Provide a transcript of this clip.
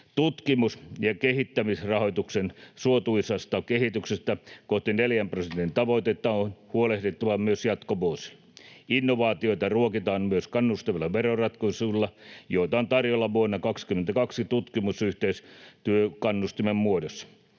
Tutkimus- ja kehittämisrahoituksen suotuisasta kehityksestä kohti neljän prosentin tavoitetta on huolehdittava myös jatkovuosina. Innovaatioita ruokitaan myös kannustavilla veroratkaisuilla, joita on tarjolla vuonna 22 tutkimusyhteistyökannustimen muodossa.